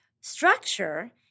structure